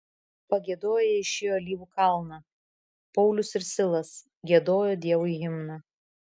pagiedoję jie išėjo į alyvų kalną paulius ir silas giedojo dievui himną